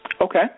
Okay